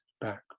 back